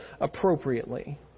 appropriately